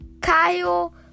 Kyle